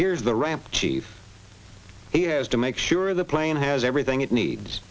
here's the ramp chief he has to make sure the plane has everything it needs